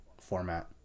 format